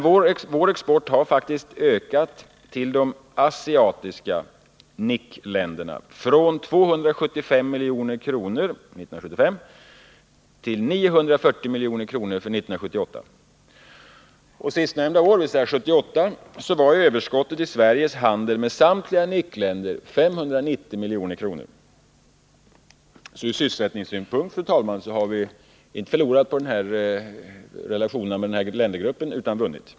Vår export till de asiatiska NIC-länderna har faktiskt ökat från 275 milj.kr. 1975 till 940 milj.kr. 1978. Sistnämnda år var överskottet i Sveriges handel med samtliga NIC-länder 590 milj.kr. Ur sysselsättningssynpunkt har vi alltså, fru talman, inte förlorat utan vunnit på relationerna med den här ländergruppen.